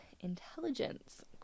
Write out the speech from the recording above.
intelligence